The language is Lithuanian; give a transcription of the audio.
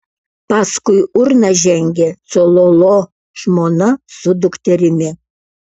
paskui urną žengė cololo žmona su dukterimi